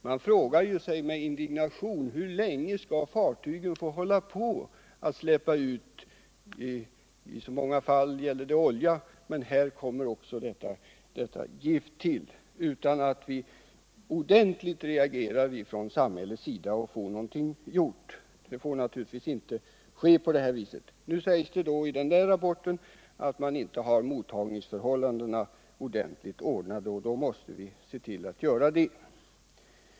Man frågar sig med indignation: Hur länge skall fartygen få hålla på att släppa ut sådant —-i många fall gäller det olja, men här kommer detta gift in — utan att vi reagerar ordentligt från samhällets sida och får någonting gjort? Det får naturligtvis inte vara på det här viset. Det sägs i rapporten att mottagningsförhållandena inte har ordnats ordentligt, och då måste vi se till att göra det.